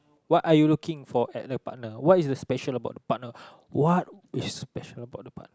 what are you looking for at a partner what is a special about the partner what is special about the part